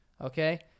Okay